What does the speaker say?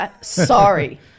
Sorry